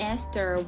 Esther